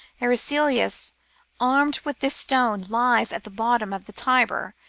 eraclius, armed with this stone, lies at the bottom of the tiber,